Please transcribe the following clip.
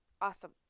awesome